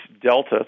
delta